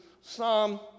Psalm